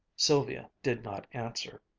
sylvia did not answer,